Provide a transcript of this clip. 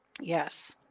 Yes